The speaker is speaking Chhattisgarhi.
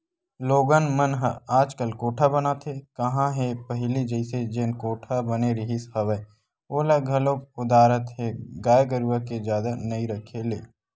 लोगन मन ह आजकल कोठा बनाते काँहा हे पहिली जइसे जेन कोठा बने रिहिस हवय ओला घलोक ओदरात हे गाय गरुवा के जादा नइ रखे ले